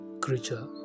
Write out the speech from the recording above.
creature